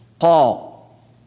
Paul